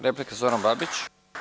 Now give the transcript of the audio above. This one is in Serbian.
Replika, Zoran Babić.